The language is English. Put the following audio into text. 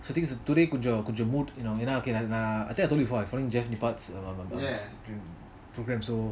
I think it's a today கோசம் கொஞ்சம் என்ன என்ன நான்:kojam konjam enna enna naan I think told before I am following jeff program so